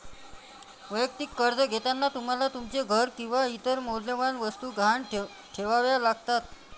वैयक्तिक कर्ज घेताना तुम्हाला तुमचे घर किंवा इतर मौल्यवान वस्तू गहाण ठेवाव्या लागतात